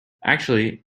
actually